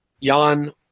Jan